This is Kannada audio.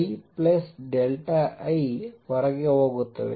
II ಹೊರಗೆ ಹೋಗುತ್ತೇನೆ